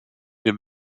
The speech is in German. dem